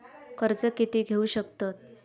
कर्ज कीती घेऊ शकतत?